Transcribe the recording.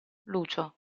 lucio